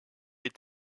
est